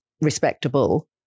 respectable